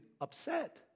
upset